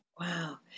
Wow